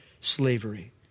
slavery